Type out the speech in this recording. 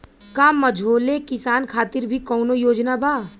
का मझोले किसान खातिर भी कौनो योजना बा?